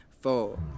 four